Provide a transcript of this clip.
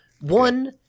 One